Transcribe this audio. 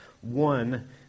one